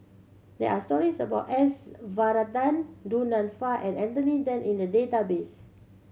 there are stories about S Varathan Du Nanfa and Anthony Then in the database